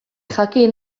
jakin